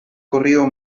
corrido